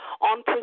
on